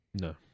No